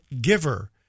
giver